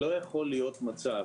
לא יכול להיות מצב,